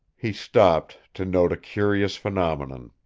he stopped, to note a curious phenomenon.